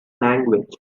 language